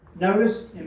notice